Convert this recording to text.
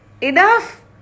enough